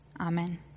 Amen